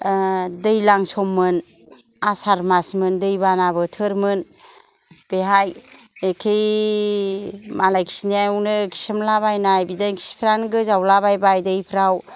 दैलां सममोन आसार मासमोन दैबाना बोथोरमोन बेहाय एखे मालाय खिनायावनो खिसोमला बायनाय बिदिनो खिफ्रानो गोजावला बायबाय दैफ्राव